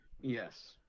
yes